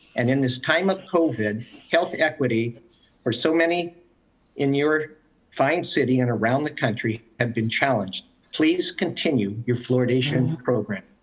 and in this time of covid, health equity or so many in your fine city and around the country have been challenged. please continue your fluoridation program.